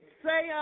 say